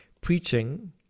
Preaching